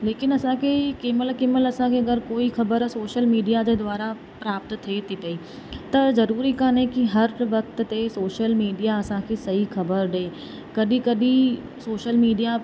लेकिन असांखे कंहिंमहिल कंहिंमहिल असांखे अगरि कोई ख़बर सोशल मीडिया जे द्वारा प्राप्त थिए ती पई त ज़रूरी कोन्हे की हर वक़्त ते सोशल मीडिया असांखे सही खबर डे कॾहिं कॾहिं सोशल मीडिया